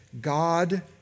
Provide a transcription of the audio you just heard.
God